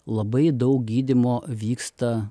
labai daug gydymo vyksta